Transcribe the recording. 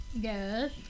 Yes